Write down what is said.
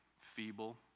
feeble